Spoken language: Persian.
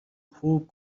خوب